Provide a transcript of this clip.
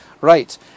right